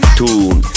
tune